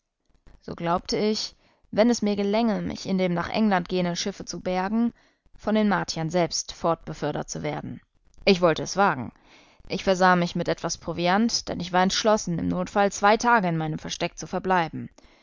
so glaubte ich wenn es mir gelänge mich in dem nach england gehenden schiffe zu bergen von den martiern selbst fortbefördert zu werden ich wollte es wagen ich versah mich mit etwas proviant denn ich war entschlossen im notfall zwei tage in meinem versteck zu verbleiben